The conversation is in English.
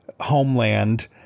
Homeland